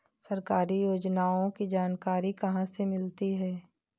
सरकारी योजनाओं की जानकारी कहाँ से मिलती है?